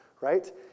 right